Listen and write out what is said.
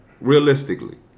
realistically